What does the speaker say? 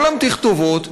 כל התכתובות,